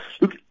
look